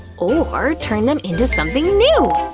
or turn them into something new?